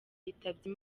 yitabye